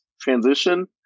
transition